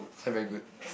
this one very good